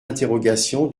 interrogation